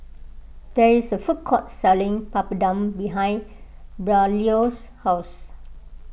there is a food court selling Papadum behind Braulio's house